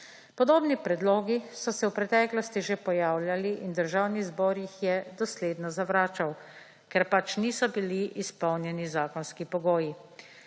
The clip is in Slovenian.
Podobni predlogi so se v preteklosti že pojavljali in Državni zbor jih je dosledno zavračal, ker pač niso bili izpolnjeni zakonski pogoji.